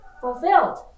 fulfilled